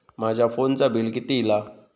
माझ्या फोनचा बिल किती इला?